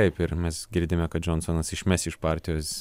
taip ir mes girdime kad džonsonas išmes iš partijos